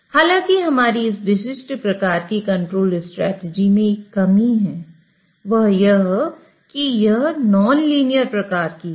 हालांकि हमारी इस विशिष्ट प्रकार की कंट्रोल स्ट्रेटजी में एक कमी है वह यह कि यह नॉनलीनियर प्रकार की है